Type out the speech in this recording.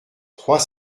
trois